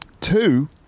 Two